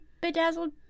bedazzled